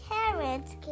Carrots